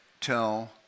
tell